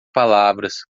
palavras